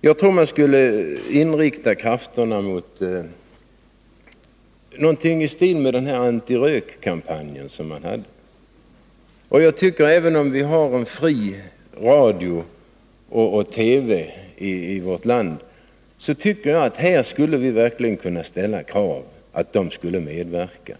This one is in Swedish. I stället borde man inrikta krafterna på någonting i stil med antirökkampanjen. Även om vi har fri radio och TV i vårt land tycker jag att här skulle vi verkligen kunna ställa krav på att de skulle medverka.